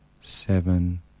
seven